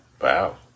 Wow